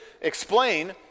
explain